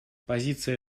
позиция